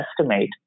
estimate